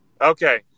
Okay